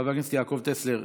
חבר הכנסת יעקב טסלר,